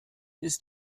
ist